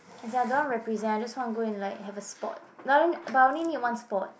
as in I don't want represent I just want go and like have a sport but I only but I only need one sport